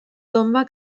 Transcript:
tomba